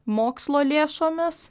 mokslo lėšomis